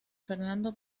fernando